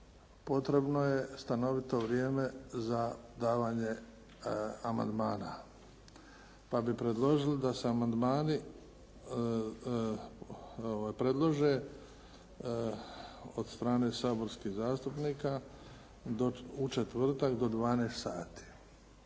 potrebno je stanovito vrijeme za davanje amandmana pa bi predložili da se amandmani predlože od strane saborskih zastupnika u četvrtak do 12 sati,